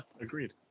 agreed